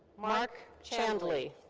mark chandley.